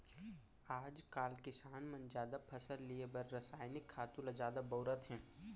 आजकाल किसान मन जादा फसल लिये बर रसायनिक खातू ल जादा बउरत हें